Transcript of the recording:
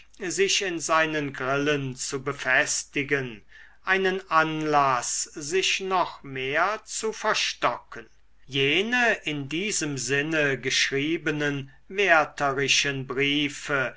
sich in seinen grillen zu befestigen einen anlaß sich noch mehr zu verstocken jene in diesem sinne geschriebenen wertherischen briefe